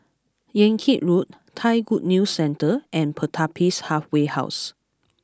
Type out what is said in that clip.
Yan Kit Road Thai Good News Centre and Pertapis Halfway House